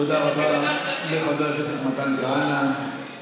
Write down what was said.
תודה רבה לחבר הכנסת מתן כהנא.